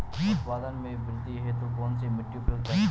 उत्पादन में वृद्धि हेतु कौन सी मिट्टी उपयुक्त है?